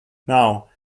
now